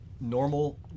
normal